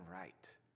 right